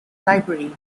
library